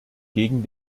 gegen